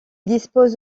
dispose